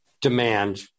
demand